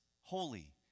holy